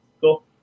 cool